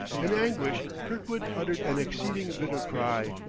in anguish kirkwood uttered an exceeding bitter cry.